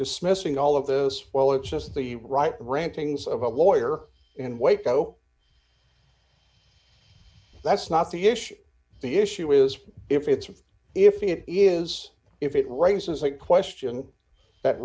dismissing all of this well it's just the right rantings of a lawyer in waco that's not the issue the issue is if it's if it is if it raises a question that